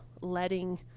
letting